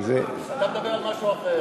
אתה מדבר על משהו אחר.